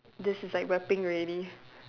this is like rapping already